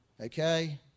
Okay